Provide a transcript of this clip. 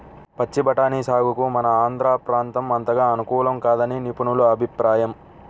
పచ్చి బఠానీ సాగుకు మన ఆంధ్ర ప్రాంతం అంతగా అనుకూలం కాదని నిపుణుల అభిప్రాయం